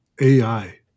AI